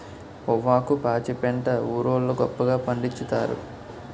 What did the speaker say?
పొవ్వాకు పాచిపెంట ఊరోళ్లు గొప్పగా పండిచ్చుతారు